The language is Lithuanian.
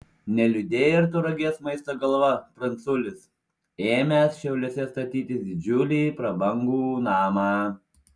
neliūdėjo ir tauragės maisto galva pranculis ėmęs šiauliuose statytis didžiulį prabangų namą